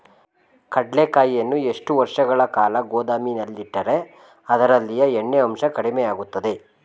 ಕಡ್ಲೆಕಾಯಿಯನ್ನು ಎಷ್ಟು ವರ್ಷಗಳ ಕಾಲ ಗೋದಾಮಿನಲ್ಲಿಟ್ಟರೆ ಅದರಲ್ಲಿಯ ಎಣ್ಣೆ ಅಂಶ ಕಡಿಮೆ ಆಗುತ್ತದೆ?